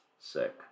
Sick